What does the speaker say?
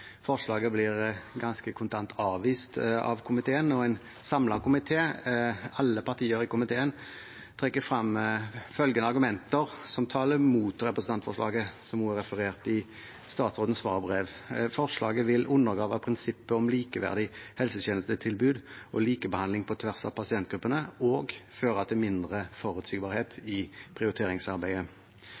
Forslaget blir ganske kontant avvist av komiteen, og en samlet komité – alle partier i komiteen – trekker fram følgende argumenter som taler mot representantforslaget, som også er referert i statsrådens svarbrev: «– forslaget vil undergrave prinsippet om likeverdig helsetjenestetilbud og likebehandling på tvers av pasientgrupper og føre til mindre